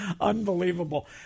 Unbelievable